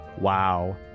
Wow